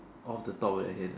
off the top of your head uh